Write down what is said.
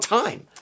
time